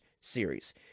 series